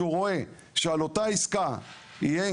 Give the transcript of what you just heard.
שהוא רואה שעל אותה עסקה יהיה